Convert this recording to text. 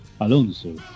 Alonso